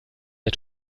der